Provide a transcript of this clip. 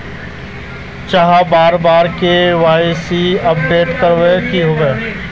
चाँह बार बार के.वाई.सी अपडेट करावे के होबे है?